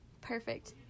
Perfect